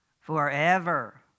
forever